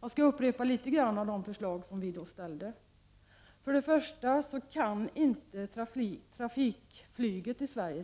Jag skall upprepa några av de förslag som vi i det sammanhanget lade fram. Resandet med trafikflyg,